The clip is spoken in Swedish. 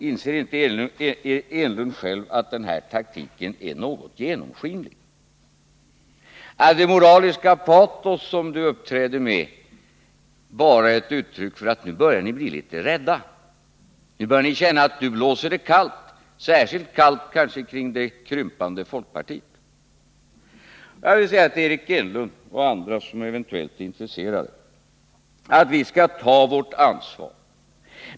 Inser inte Eric Enlund själv att den taktiken är något genomskinlig? Är det moraliska patos som Eric Enlund uppträder med bara ett uttryck för att ni börjar bli litet rädda? Nu börjar ni känna att det blåser kallt, särskilt kallt kanske kring det krympande folkpartiet. Jag vill säga till Eric Enlund och andra som eventuellt är intresserade: Vi skall ta vårt ansvar.